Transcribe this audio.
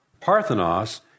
Parthenos